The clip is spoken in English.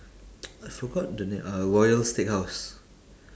I forgot the name uh royal steakhouse